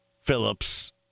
Phillips